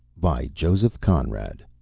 by joseph conrad